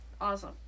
Awesome